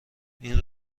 این